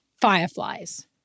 fireflies